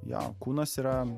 jo kūnas yra